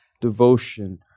devotion